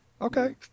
Okay